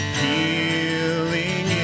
healing